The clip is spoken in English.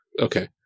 Okay